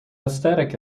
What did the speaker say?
aesthetic